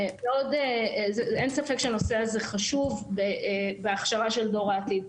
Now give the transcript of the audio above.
אין ספק שהנושא הזה חשוב בהכשרה של דור העתיד.